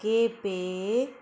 Quepem